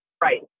Right